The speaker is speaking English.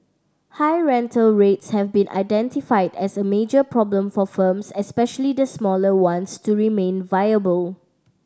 high rental rates have been identified as a major problem for firms especially the smaller ones to remain viable